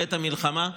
בעת המלחמה.